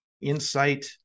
insight